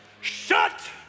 Shut